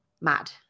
Mad